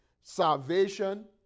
salvation